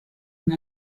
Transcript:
und